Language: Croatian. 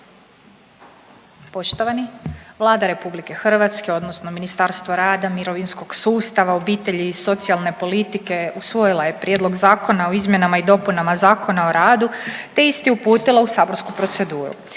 Poštovani, Vlada RH odnosno Ministarstvo rada, mirovinskog sustava, obitelji i socijalne politike usvojila je Prijedlog zakona o izmjenama i dopunama Zakona o radu, te isti uputila u saborsku proceduru,